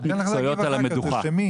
מקצועיות נוספות.